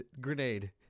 grenade